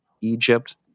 Egypt